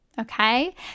Okay